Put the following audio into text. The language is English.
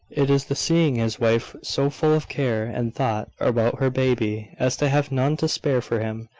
it is the seeing his wife so full of care and thought about her baby as to have none to spare for him,